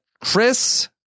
Chris